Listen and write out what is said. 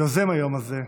יוזם היום הזה,